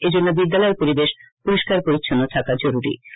এজন্য বিদ্যালয়ের পরিবেশ পরিষ্কার পরিচ্ছন্ন থাকা প্রয়োজন